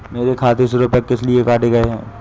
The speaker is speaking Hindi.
मेरे खाते से रुपय किस लिए काटे गए हैं?